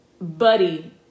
buddy